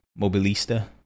Mobilista